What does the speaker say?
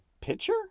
pitcher